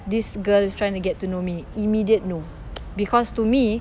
this girl is trying to get to know me immediate no because to me